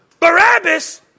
Barabbas